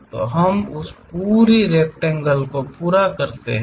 तो हम उस पूरी रेकटेंगेल को पूरा करते हैं